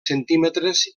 centímetres